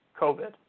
COVID